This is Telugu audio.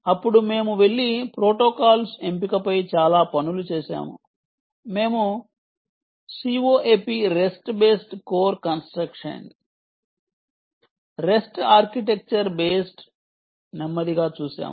అప్పుడు మేము వెళ్లి ప్రోటోకాల్స్ ఎంపికపై చాలా పనులు చేసాము మేము COAP REST based core constrained REST architecture based నెమ్మదిగా చూశాము